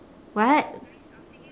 what